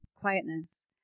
quietness